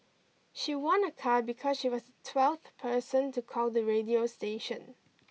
she won a car because she was twelfth person to call the radio station